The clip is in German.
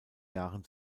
jahren